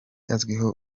azwiho